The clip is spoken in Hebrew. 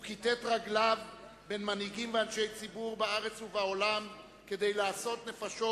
הוא כיתת רגליו בין מנהיגים ואנשי ציבור בארץ ובעולם כדי לעשות נפשות